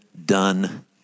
Done